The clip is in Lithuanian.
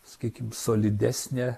sakykim solidesnė